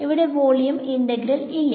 ഇവിടെ volume integral ഇല്ല